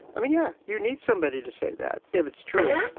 i mean, yeah, you need somebody to say that if it's true.